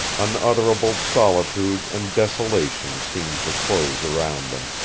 unutterable solitude and desolation seemed to close around them.